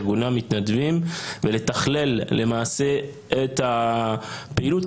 ארגוני המתנדבים ולתכלל למעשה את הפעילות,